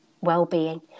well-being